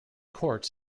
courts